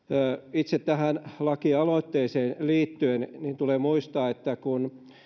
itse tähän lakialoitteeseen liittyen tulee muistaa että kun